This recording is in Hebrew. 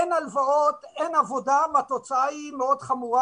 אין הלוואות, אין עבודה והתוצאה היא מאוד חמורה,